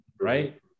right